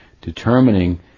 determining